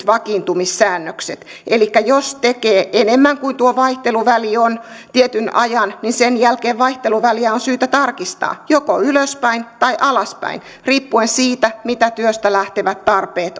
vakiintumissäännökset elikkä jos tekee tietyn ajan enemmän kuin tuo vaihteluväli on niin sen jälkeen vaihteluväliä on syytä tarkistaa joko ylöspäin tai alaspäin riippuen siitä mitkä työstä lähtevät tarpeet